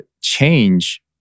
change